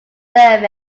serve